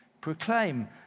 proclaim